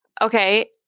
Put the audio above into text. Okay